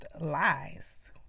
lies